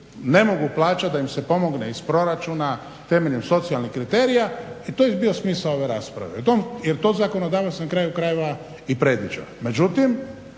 ne mogu plaćati da im se pomogne iz proračuna temeljem socijalnih kriterija i to je bio smisao ove rasprave jer to zakonodavac na kraju krajeva i predviđa.